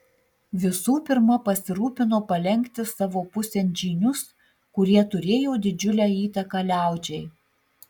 visų pirma pasirūpino palenkti savo pusėn žynius kurie turėjo didžiulę įtaką liaudžiai